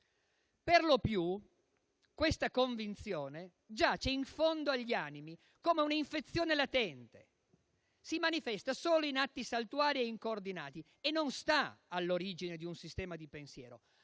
Per lo più questa convinzione giace in fondo agli animi come una infezione latente; si manifesta solo in atti saltuari e incoordinati, e non sta all'origine di un sistema di pensiero.